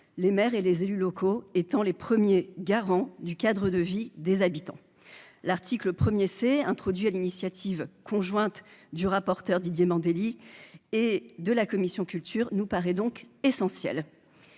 les maires et les élus locaux étant les premiers garants du cadre de vie des habitants, l'article 1er s'est introduit à l'initiative conjointe du rapporteur Didier Mandelli et de la commission culture nous paraît donc essentiel